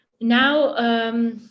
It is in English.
Now